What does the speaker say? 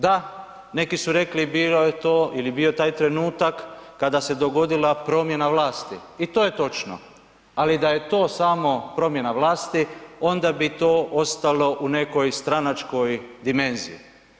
Da, neki su rekli bilo je to ili bio taj trenutak kada se dogodila promjena vlasti i to je točno ali da je to samo promjena vlasti onda bi to ostalo u nekoj stranačkoj dimenziji.